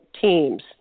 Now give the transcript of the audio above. teams